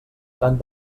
tant